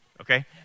Okay